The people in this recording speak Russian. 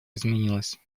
изменилось